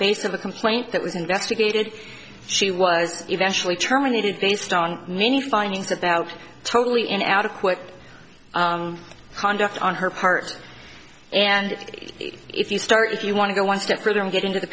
basis of a complaint that was investigated she was eventually terminated based on many findings about totally inadequate conduct on her part and if you start if you want to go one step further and get into the